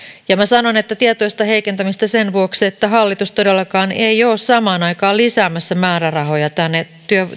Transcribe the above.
minä sanon että tietoista heikentämistä sen vuoksi että hallitus todellakaan ei ole samaan aikaan lisäämässä määrärahoja tänne